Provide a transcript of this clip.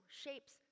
shapes